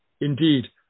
indeed